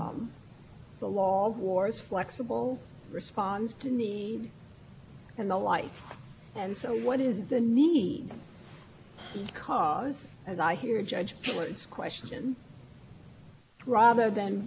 first is conspiracy itself and i actually think i believe it was just pillars question earlier too to petitioners counsel that got that exactly why conspiracy is very important in a situation in which there are when the objects of the conspiracy are tax on civilians